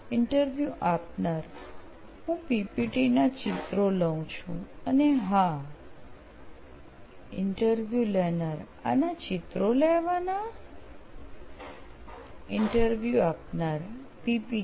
interview આપનાર હું PPT ના ચિત્રો લઉં છું અને હા ઈન્ટરવ્યુ લેનાર આનાં ચિત્રો લેવાના ઈન્ટરવ્યુ આપનાર પીપીટી